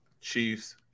Chiefs